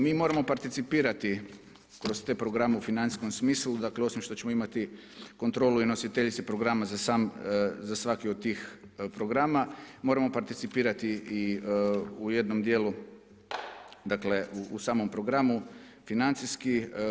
Mi moramo participirati kroz te programe u financijskom smislu, dakle osim što ćemo imati kontrolu i nositeljice programa za svaki od tih programa, moramo participirati i u jednom dijelu, dakle u samom programu financijski.